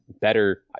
better